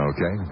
Okay